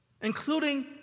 including